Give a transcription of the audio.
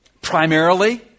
primarily